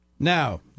Now